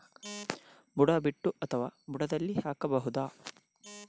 ಬುಡ ಬಿಟ್ಟು ಅಥವಾ ಬುಡದಲ್ಲಿ ಹಾಕಬಹುದಾ?